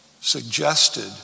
suggested